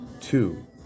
Two